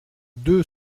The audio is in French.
deux